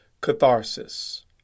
catharsis